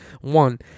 One